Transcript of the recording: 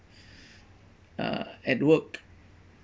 uh at work